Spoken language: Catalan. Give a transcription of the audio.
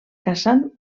caçant